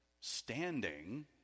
standing